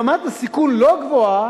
אם רמת הסיכון לא גבוהה,